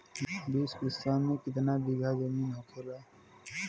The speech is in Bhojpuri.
बीस बिस्सा में कितना बिघा जमीन होखेला?